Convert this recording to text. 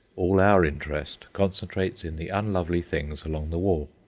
all our interest concentrates in the unlovely things along the wall.